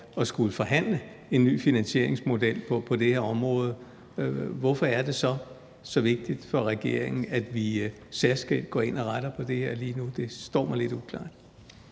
at skulle forhandle en ny finansieringsmodel på det her område, hvorfor er det så så vigtigt for regeringen, at vi særskilt går ind og retter på det her lige nu? Det står mig lidt uklart.